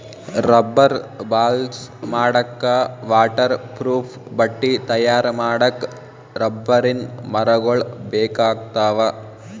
rubber balls ಮಾಡಕ್ಕಾ waterproof ಬಟ್ಟಿ ತಯಾರ್ ಮಾಡಕ್ಕ್ ರಬ್ಬರಿನ್ ಮರಗೊಳ್ ಬೇಕಾಗ್ತಾವ